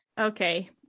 Okay